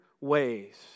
ways